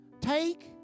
take